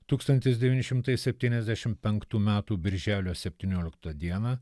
tūkstantis devyni šimtai septyniasdešim penktų metų birželio septynioliktą dieną